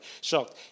shocked